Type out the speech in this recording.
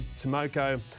Tomoko